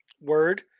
word